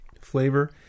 Flavor